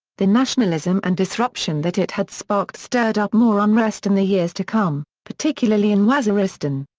the nationalism and disruption that it had sparked stirred up more unrest in the years to come, particularly in waziristan.